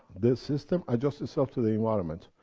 this system adjusts itself to the environment,